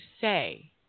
say